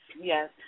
yes